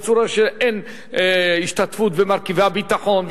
בצורה שאין השתתפות במרכיבי הביטחון,